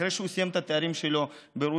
אחרי שהוא סיים את התארים שלו ברוסיה